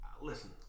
Listen